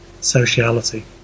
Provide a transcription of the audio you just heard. sociality